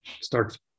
start